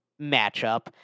matchup